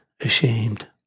ashamed